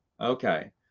Okay